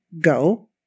Go